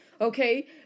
Okay